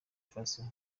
faso